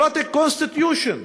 democratic constitution.